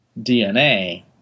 DNA